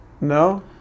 No